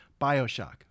Bioshock